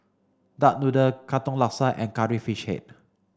duck noodle Katong Laksa and curry fish head